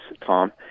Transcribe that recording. Tom